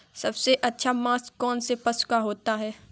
सबसे अच्छा मांस कौनसे पशु का होता है?